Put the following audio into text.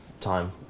time